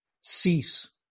Cease